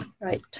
Right